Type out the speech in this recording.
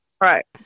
Right